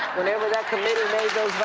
whenever that committee made